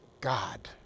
God